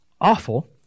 awful